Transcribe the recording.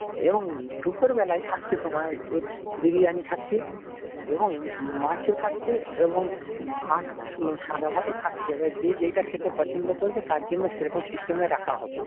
এবং দুপুরবেলায় থাকছে তোমার হচ্ছে বিরিয়ানি থাকছে এবং মাছও থাকছে এবং ভাত মানে সাদা ভাতও থাকছে এবার যে যেইটা খেতে পছন্দ করবে তার জন্য সেরকম সিস্টেমে রাখা হবে